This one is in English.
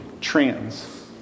trans